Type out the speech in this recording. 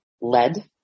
lead